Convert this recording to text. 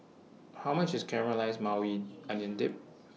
How much IS Caramelized Maui Onion Dip